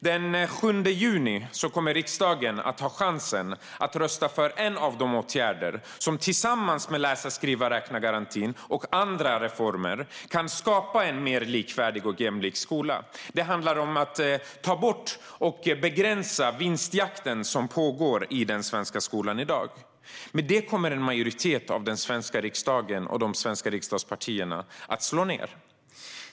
Den 7 juni kommer riksdagen att ha chansen att rösta för en av de åtgärder som tillsammans med läsa-skriva-räkna-garantin och andra reformer kan skapa en mer likvärdig och jämlik skola. Det handlar om att ta bort och begränsa vinstjakten som pågår i den svenska skolan i dag. Men det kommer en majoritet av den svenska riksdagen och de svenska riksdagspartierna att slå ned på.